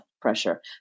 pressure